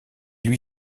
lui